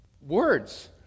words